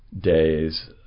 days